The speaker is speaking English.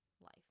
life